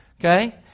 Okay